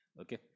okay